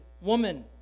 Woman